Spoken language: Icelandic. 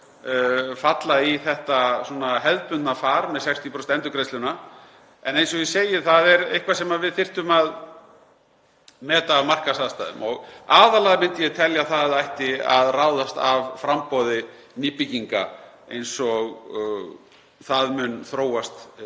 aftur falla í þetta hefðbundna far með 60% endurgreiðsluna. En eins og ég segi, það er eitthvað sem við þyrftum að meta af markaðsaðstæðum. Aðallega myndi ég telja að það ætti að ráðast af framboði nýbygginga eins og það mun þróast